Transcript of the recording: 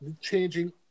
changing